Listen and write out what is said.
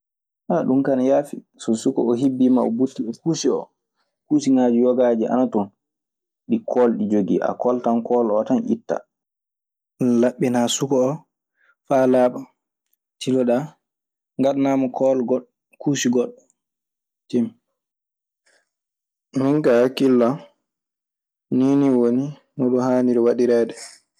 Ɗun kaa ane yaafi. So suka oo hibbiima o butti e kuusi o kuusiŋaaji yogaaji ana toon ɗi kool ɗi joggii a kooltan kool oo tan ittaa. Min kaa hakkillan nii nii woni no ɗun haaniri waɗireede.